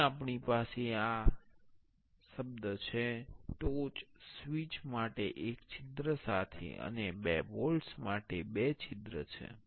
અહીં આપણી પાસે આ શબ્દ છે ટોચ સ્વીચ માટે એક છિદ્ર સાથે અને બે બોલ્ટ્સ માટે બે છિદ્ર છે